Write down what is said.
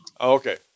okay